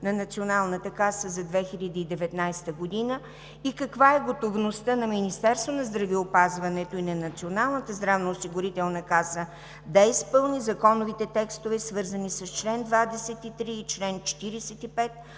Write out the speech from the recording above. на Националната каса за 2019 г.? Каква е готовността на Министерството на здравеопазването и на Националната здравноосигурителна каса да изпълни законовите текстове, свързани с чл. 23 и чл. 45